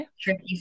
tricky